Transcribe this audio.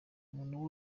umuntu